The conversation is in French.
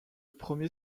premier